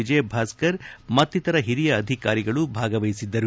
ವಿಜಯ ಭಾಸ್ಕರ್ ಮತ್ತಿತರ ಹಿರಿಯ ಅಧಿಕಾರಿಗಳು ಭಾಗವಹಿಸಿದ್ದರು